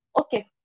Okay